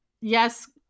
yes